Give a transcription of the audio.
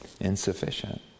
insufficient